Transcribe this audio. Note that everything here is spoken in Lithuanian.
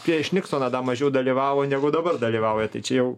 prieš niksoną dar mažiau dalyvavo negu dabar dalyvauja tai čia jau